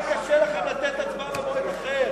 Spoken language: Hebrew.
שינוי הרכב ועדת ערר),